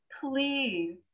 Please